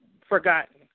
forgotten